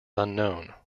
unknown